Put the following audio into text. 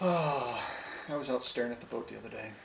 oh i was not staring at the book the other day